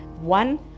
one